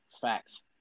Facts